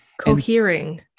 Cohering